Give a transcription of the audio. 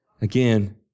again